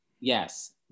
Yes